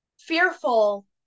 fearful